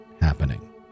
happening